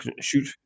shoot